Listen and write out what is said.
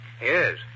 Yes